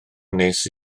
wnes